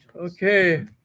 Okay